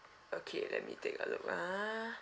okay let me take a look ah